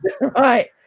right